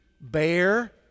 bear